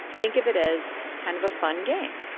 think of it as kind of a fun game.